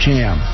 Jam